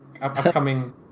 Upcoming